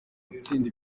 gutsinda